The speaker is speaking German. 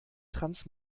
trans